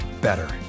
better